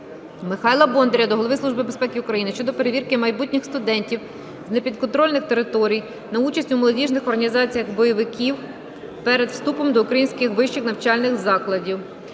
Михайла Бондаря до Голови Служби безпеки України щодо перевірки майбутніх студентів з непідконтрольних територій на участь у молодіжних організаціях бойовиків перед вступом до українських вищих навчальних закладів.